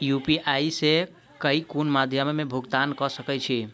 UPI सऽ केँ कुन मध्यमे मे भुगतान कऽ सकय छी?